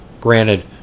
granted